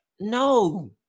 No